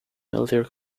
healthier